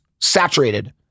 saturated